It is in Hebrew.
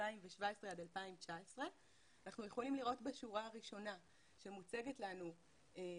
2017 עד 2019. אנחנו יכולים לראות בשורה הראשונה שהוצאות הפרסום